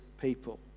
people